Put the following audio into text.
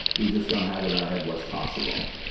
we just don't have in our head what's possible,